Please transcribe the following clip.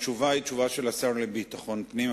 התשובה היא תשובה של השר לביטחון פנים,